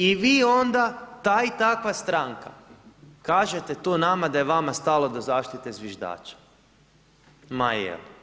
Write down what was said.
I vi onda ta i takva stranka, kažete tu nama, da je vama stalo do zaštite zviždača, ma je.